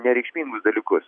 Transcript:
nereikšmingus dalykus